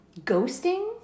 ghosting